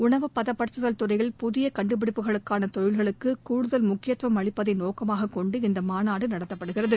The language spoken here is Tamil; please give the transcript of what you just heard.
உணவு பதப்படுத்துதல் துறையில் புதிய கண்டுபிடிப்புகளுக்கான தொழில்களுக்கு கூடுதல் முக்கியத்துவம் அளிப்பதை நோக்கமாகக் கொண்டு இந்த மாநாடு நடத்தப்படுகிறது